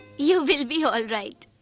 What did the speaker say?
you will be alright.